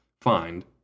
find